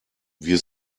wir